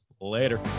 Later